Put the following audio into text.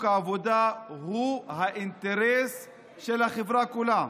העבודה הוא האינטרס של החברה כולה.